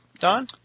Don